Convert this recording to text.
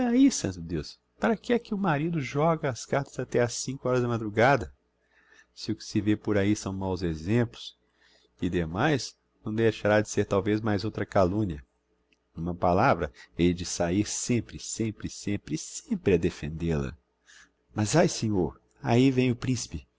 deus para que é que o marido joga as cartas até ás cinco horas da madrugada se o que se vê por ahi são maus exemplos e demais não deixará de ser talvez mais outra calumnia n'uma palavra hei de sair sempre sempre sempre sempre a defendêl a mas ai senhor ahi vem o principe